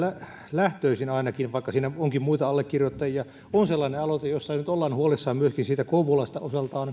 lähtöisin ainakin on vaikka siinä onkin muita allekirjoittajia sellainen aloite jossa nyt ollaan huolissaan myöskin siitä kouvolasta osaltaan